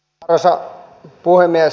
arvoisa puhemies